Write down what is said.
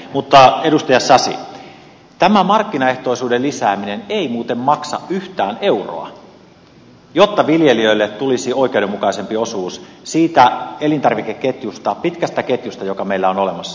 mutta edustaja sasi tämä markkinaehtoisuuden lisääminen ei muuten maksa yhtään euroa jotta viljelijöille tulisi oikeudenmukaisempi osuus siitä elintarvikeketjusta pitkästä ketjusta joka meillä on olemassa